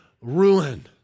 ruin